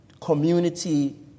community